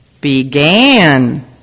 began